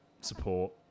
support